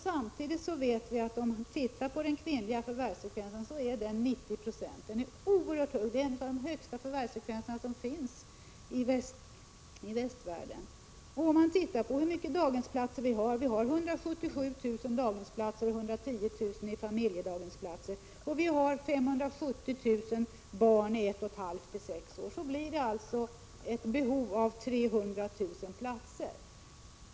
Samtidigt skall vi komma ihåg att den kvinnliga förvärvsfrekvensen är 90 26. Det är en av de högsta förvärvsfrekvenser som förekommer i västvärlden. Det finns 177 000 daghemsplatser och 110 000 familjedaghemsplatser. Det finns 570 000 barn i åldrarna 1,56 år. Det innebär ett behov av ca 300 000 platser.